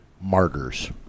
Martyrs